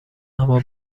اما